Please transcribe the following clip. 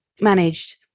managed